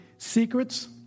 Secrets